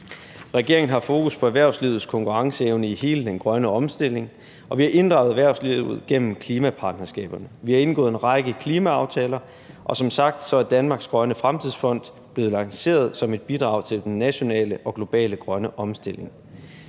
Regeringen har fokus på erhvervslivets konkurrenceevne i hele den grønne omstilling, og vi har inddraget erhvervslivet gennem klimapartnerskaberne. Vi har indgået en række klimaaftaler, og som sagt er Danmarks Grønne Fremtidsfond blevet lanceret som et bidrag til den nationale og globale grønne omstilling.